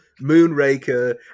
Moonraker